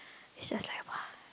it's just like !wah!